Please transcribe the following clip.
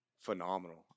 Phenomenal